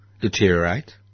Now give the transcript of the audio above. deteriorate